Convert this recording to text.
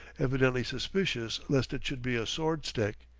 evidently suspicious lest it should be a sword-stick.